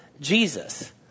Jesus